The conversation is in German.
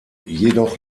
jedoch